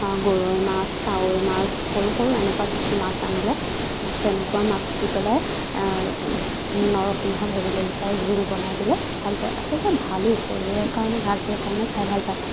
গৰৈ মাছ কাৱৈ মাছ সৰু সৰু এনেকুৱা কিছু মাছ আনি লয় তেনেকুৱা মাছ দি পেলাই নৰসিংহ ভেবেলী লতাৰ জোল বনাই দিলে ভাল পায় আচলতে ভালো শৰীৰৰ কাৰণে ভাল সেইকাৰণে খাই ভাল পায়